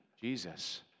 Jesus